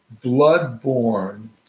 blood-borne